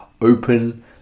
open